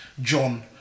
John